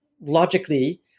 logically